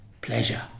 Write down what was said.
pleasure